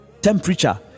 temperature